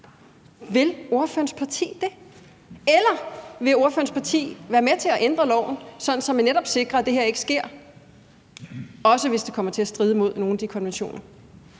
Vil ordførerens parti det? Eller vil ordførerens parti være med til at ændre loven, sådan at man netop sikrer, at det her ikke sker, også hvis det kommer til at stride mod nogle af de konventioner?